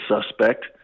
suspect